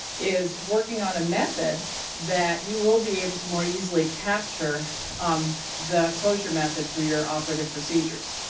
is working on a method that you will be able to more easily capture um the closure method for your operative procedures